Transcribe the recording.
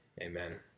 Amen